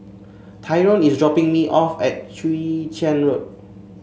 Tyrone is dropping me off at Chwee Chian Road